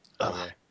Okay